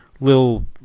little